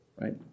Right